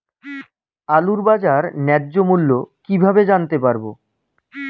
আলুর বাজার ন্যায্য মূল্য কিভাবে জানতে পারবো?